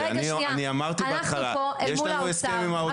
אני אמרתי בהתחלה יש לנו הסכם עם האוצר.